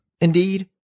Indeed